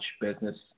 business